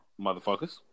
motherfuckers